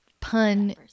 Pun